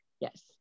Yes